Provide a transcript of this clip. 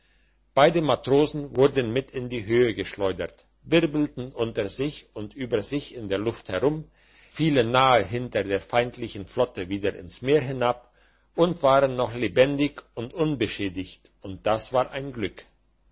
beide matrosen wurden mit in die höhe geschleudert wirbelten unter sich und über sich in der luft herum fielen nahe hinter der feindlichen flotte wieder ins meer hinab und waren noch lebendig und unbeschädigt und das war ein glück